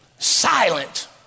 Silent